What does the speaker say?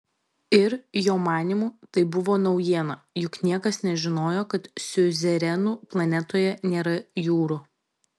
ir jo manymu tai buvo naujiena juk niekas nežinojo kad siuzerenų planetoje nėra jūrų